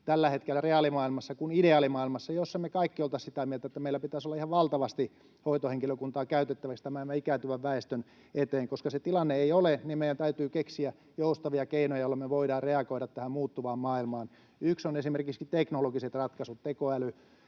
tällä hetkellä reaalimaailmassa kuin ideaalimaailmassa, jossa me kaikki oltaisiin sitä mieltä, että meillä pitäisi olla ihan valtavasti hoitohenkilökuntaa käytettäväksi tämän meidän ikääntyvän väestön eteen. Koska se tilanne ei ole se, niin meidän täytyy keksiä joustavia keinoja, joilla me voidaan reagoida tähän muuttuvaan maailmaan. Yksi on esimerkiksi teknologiset ratkaisut, tekoälyt